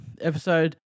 Episode